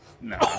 No